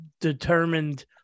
determined